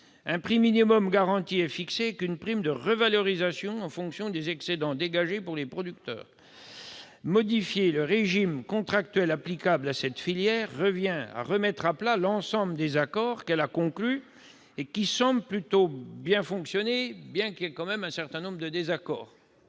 Un prix minimal garanti est fixé, avec une prime de revalorisation en fonction des excédents dégagés pour les producteurs. Modifier le régime contractuel applicable à la filière sucrière reviendrait à remettre à plat l'ensemble des accords que celle-ci a conclus et qui semblent plutôt bien fonctionner, malgré l'existence d'un certain nombre de désaccords.